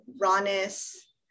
rawness